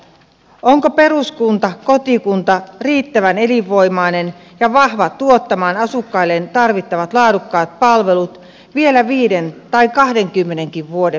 onko peruskunta kotikunta riittävän elinvoimainen ja vahva tuottamaan asukkailleen tarvittavat laadukkaat palvelut vielä viiden tai kahdenkymmenenkin vuoden päästä